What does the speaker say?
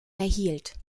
erhielt